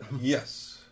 Yes